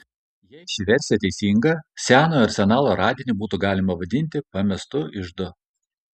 jei ši versija teisinga senojo arsenalo radinį būtų galima vadinti pamestu iždu